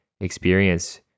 experience